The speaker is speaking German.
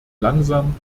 langsam